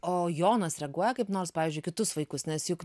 o jonas reaguoja kaip nors pavyzdžiui į kitus vaikus nes juk